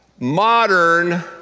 Modern